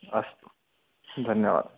अस्तु धन्यवादः